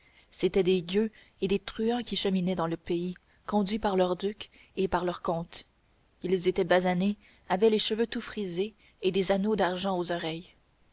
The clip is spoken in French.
c'étaient des gueux et des truands qui cheminaient dans le pays conduits par leur duc et par leurs comtes ils étaient basanés avaient les cheveux tout frisés et des anneaux d'argent aux oreilles